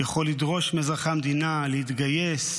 יכול לדרוש מאזרחי המדינה להתגייס,